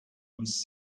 miss